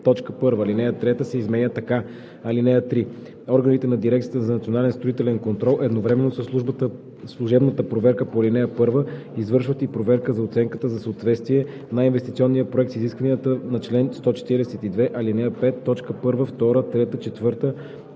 Алинея 3 се изменя така: „(3) Органите на Дирекцията за национален строителен контрол едновременно със служебната проверка по ал. 1 извършват и проверка на оценката за съответствие на инвестиционния проект с изискванията на чл. 142, ал. 5, т.